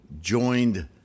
joined